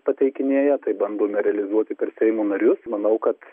pateikinėja taip bandome realizuoti per seimo narius manau kad